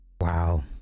Wow